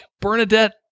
Bernadette